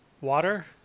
water